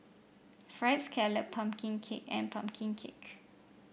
fried scallop pumpkin cake and pumpkin cake